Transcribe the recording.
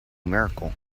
miracle